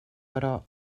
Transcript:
però